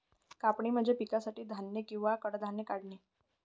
कापणी म्हणजे पिकासाठी धान्य किंवा कडधान्ये काढणे